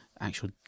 actual